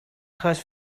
achos